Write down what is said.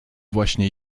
właśnie